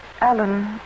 Alan